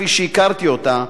כפי שהכרתי אותה,